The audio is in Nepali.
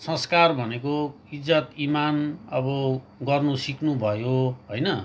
संस्कार भनेको इज्जत इमान अब गर्नु सिक्नु भयो होइन